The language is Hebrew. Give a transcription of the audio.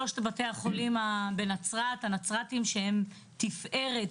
שלושת בתי החולים בנצרת שהם תפארת,